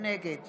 נגד